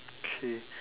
okay